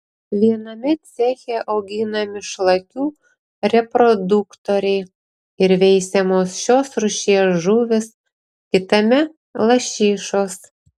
viename ceche auginami šlakių reproduktoriai ir veisiamos šios rūšies žuvys kitame lašišos